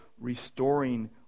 restoring